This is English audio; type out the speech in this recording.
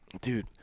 dude